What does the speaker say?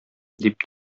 дип